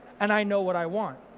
and i know what i want.